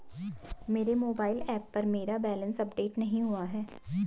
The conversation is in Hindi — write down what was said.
मेरे मोबाइल ऐप पर मेरा बैलेंस अपडेट नहीं हुआ है